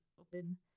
open